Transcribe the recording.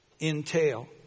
entail